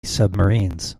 submarines